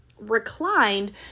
reclined